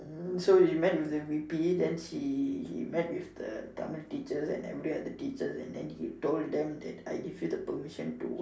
hmm so he met with the V_P then he he met with the Tamil teachers and every other teachers and then he told them that I give you the permission